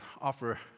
offer